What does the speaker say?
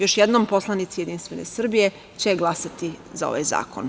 Još jednom, poslanici Jedinstvene Srbije će glasati za ovaj zakon.